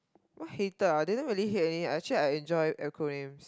not hated ah I didn't really hated any actually I enjoy acronyms